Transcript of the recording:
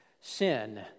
Sin